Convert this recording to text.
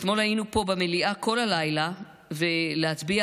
אתמול היינו פה במליאה כל הלילה כדי להצביע,